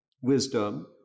wisdom